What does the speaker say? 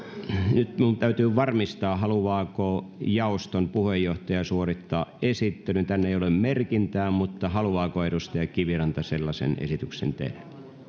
nyt minun täytyy varmistaa haluaako jaoston puheenjohtaja suorittaa esittelyn täällä ei ole merkintää mutta haluaako edustaja kiviranta sellaisen esityksen tehdä